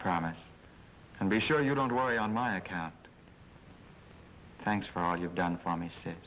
promise i'll be sure you don't worry on my account thanks for all you've done for me si